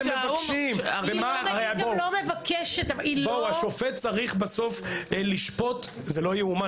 היא לא מבקשת --- השופט צריך בסוף לשפוט על פי החוק.